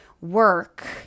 work